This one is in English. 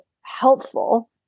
helpful